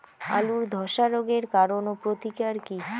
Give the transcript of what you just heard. আলুর ধসা রোগের কারণ ও প্রতিকার কি?